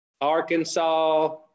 Arkansas